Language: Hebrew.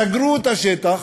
סגרו את השטח,